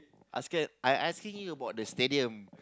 asking I asking you about the stadium